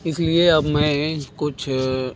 इस लिए अब मैं कुछ